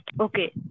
Okay